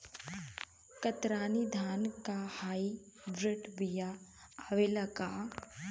कतरनी धान क hybrid बिया आवेला का?